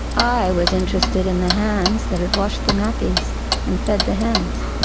i was interested in the hands that had washed the nappies and fed the hens.